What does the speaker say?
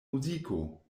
muziko